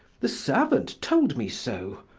the servant told me so.